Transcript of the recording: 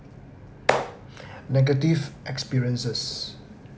negative experiences